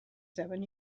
seven